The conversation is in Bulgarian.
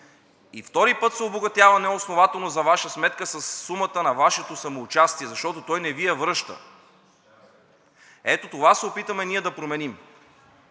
и втори път се обогатява неоснователно за Ваша сметка със сумата на Вашето самоучастие, защото той не Ви я връща. Ето, това се опитваме ние да променим.